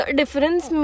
difference